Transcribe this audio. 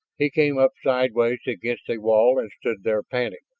he came up sideways against a wall and stood there panting.